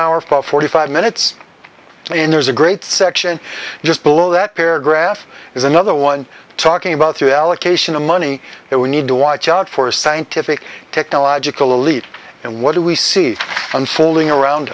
for forty five minutes and there's a great section just below that paragraph is another one talking about through allocation of money that we need to watch out for scientific technological elite and what do we see unfolding around